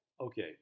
okay